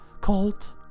Called